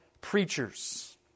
preachers